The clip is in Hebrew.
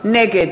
נגד